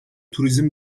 turizm